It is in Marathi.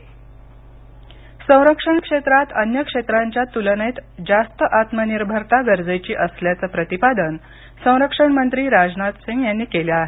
राजनाथ सिंग संरक्षण क्षेत्रात अन्य क्षेत्रांच्या तुलनेत जास्त आत्मनिर्भरता गरजेची असल्याचं प्रतिपादन संरक्षण मंत्री राजनाथ सिंग यांनी केलं आहे